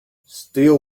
still